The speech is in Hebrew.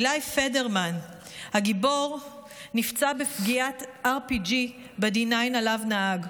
עילי פדרמן הגיבור נפצע בפגיעת RPG ב-D9 שעליו נהג.